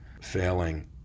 failing